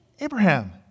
Abraham